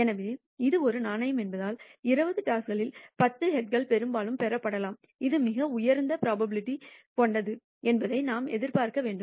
எனவே இது ஒரு நாணயம் என்பதால் 20 டாஸ்களில் 10 ஹெட்கள் பெரும்பாலும் பெறப்படலாம் இது மிக உயர்ந்த புரோபாபிலிடி கொண்டது என்பதை நாம் எதிர்பார்க்க வேண்டும்